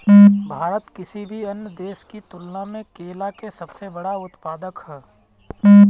भारत किसी भी अन्य देश की तुलना में केला के सबसे बड़ा उत्पादक ह